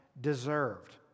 deserved